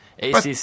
ACC